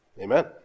Amen